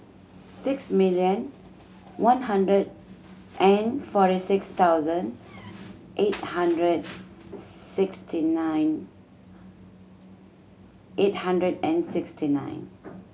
six million one hundred and forty six thousand eight hundred sixty nine eight hundred and sixty nine